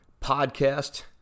podcast